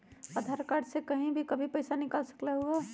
आधार card से कहीं भी कभी पईसा निकाल सकलहु ह?